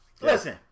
Listen